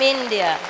India